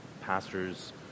pastors